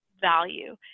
value